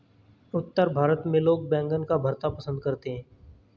उत्तर भारत में लोग बैंगन का भरता पंसद करते हैं